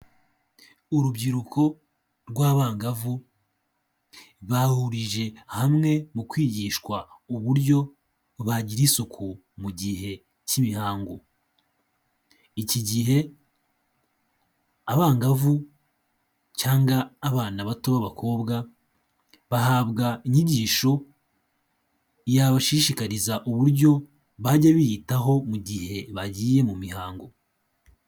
Urubyiruko rw'abangavu bahurije hamwe mu kwigishwa uburyo bagira isuku mu gihe cy'imihango, iki gihe abangavu cyangwa abana bato b'abakobwa bahabwa inyigisho yabashishikariza uburyo bajya biyitaho mu gihe bagiye mu mihango.